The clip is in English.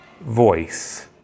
voice